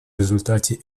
результате